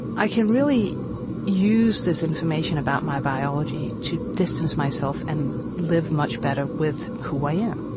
i can really use this information about my biology to distance myself and live much better with who i am.